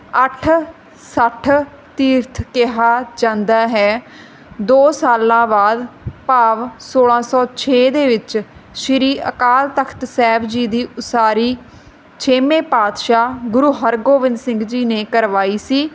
ਅੱਠ ਸੱਠ ਤੀਰਥ ਕਿਹਾ ਜਾਂਦਾ ਹੈ ਦੋ ਸਾਲਾਂ ਬਾਅਦ ਭਾਵ ਸੌਲਾਂ ਸੌ ਛੇ ਦੇ ਵਿੱਚ ਸ੍ਰੀ ਅਕਾਲ ਤਖਤ ਸਾਹਿਬ ਜੀ ਦੀ ਉਸਾਰੀ ਛੇਵੇਂ ਪਾਤਸ਼ਾਹ ਗੁਰੂ ਹਰਗੋਬਿੰਦ ਸਿੰਘ ਜੀ ਨੇ ਕਰਵਾਈ ਸੀ